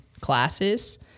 classes